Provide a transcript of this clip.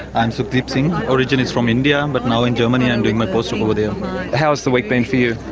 i'm sukhdeep singh, originally from india, but now in germany i'm doing my post-doc over there. how has the week been for you?